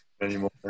anymore